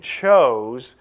chose